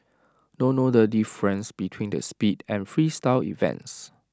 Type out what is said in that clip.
don't know the difference between the speed and Freestyle events